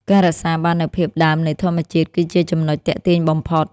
ការរក្សាបាននូវភាពដើមនៃធម្មជាតិគឺជាចំណុចទាក់ទាញបំផុត។